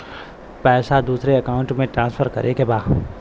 पैसा दूसरे अकाउंट में ट्रांसफर करें के बा?